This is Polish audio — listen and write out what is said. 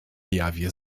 jawie